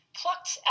plucked